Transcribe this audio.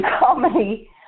comedy